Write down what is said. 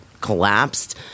collapsed